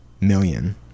million